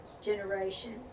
generation